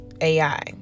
AI